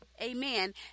amen